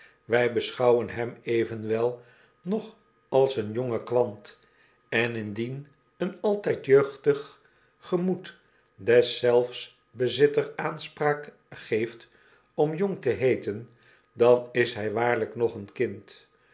wy beschouwen hem evenwel nog als een jongen kwant enindien een altyd jeugdiggemoeddeszelfsbezitter aanspraak geeft om jong te heeten dan is hy waarlyk nog een kind